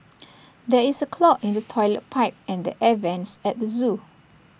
there is A clog in the Toilet Pipe and the air Vents at the Zoo